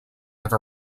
have